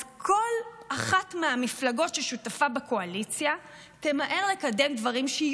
אז כל אחת מהמפלגות ששותפה בקואליציה תמהר לקדם דברים שהיא